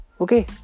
okay